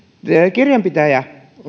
kirjanpitäjä tai palkanlaskija